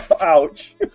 Ouch